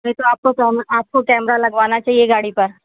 नहीं तो आपको कैमरा आपको कैमरा लगवाना चाहिए गाड़ी पर